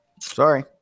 Sorry